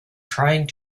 trying